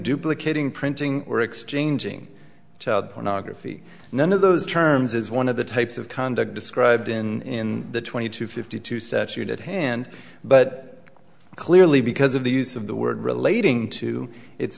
duplicating printing were exchanging child pornography none of those terms is one of the types of conduct described in the twenty two fifty two statute at hand but clearly because of the use of the word relating to it